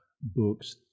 books